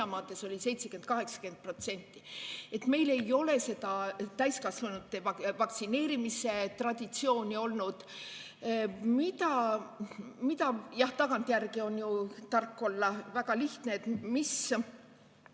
oli neid 70–80%. Meil ei ole seda täiskasvanute vaktsineerimise traditsiooni olnud. Jah, tagantjärele on tark olla väga lihtne, aga